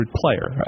player